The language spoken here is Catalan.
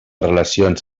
relacions